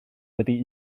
wedi